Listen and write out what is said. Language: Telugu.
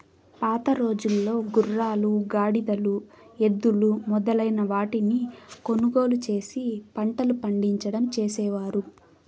పాతరోజుల్లో గుర్రాలు, గాడిదలు, ఎద్దులు మొదలైన వాటిని కొనుగోలు చేసి పంటలు పండించడం చేసేవారు